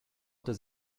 does